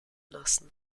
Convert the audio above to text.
lassen